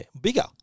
bigger